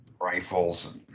rifles